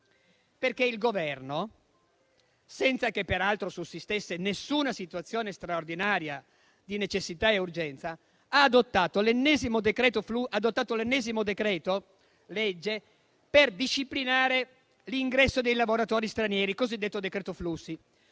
Governo, infatti, senza che peraltro sussistesse alcuna situazione straordinaria di necessità e urgenza, ha adottato l'ennesimo decreto-legge per disciplinare l'ingresso dei lavoratori stranieri, il cosiddetto decreto flussi.